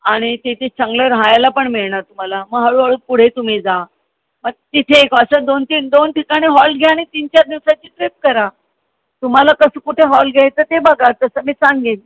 आणि तिथे चांगलं राहायला पण मिळणार तुम्हाला मग हळूहळू पुढे तुम्ही जा मग तिथे एक असं दोन तीन दोन ठिकाणी हॉल्ट घ्या आणि तीन चार दिवसाची ट्रिप करा तुम्हाला कसं कुठे हॉल्ट घ्यायचं ते बघा तसं मी सांगेन